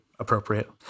appropriate